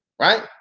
right